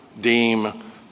deem